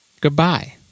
Goodbye